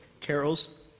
carols